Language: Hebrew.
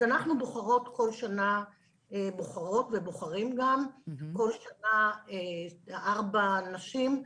אז אנחנו בוחרות וגם בוחרים כל שנה ארבע נשים,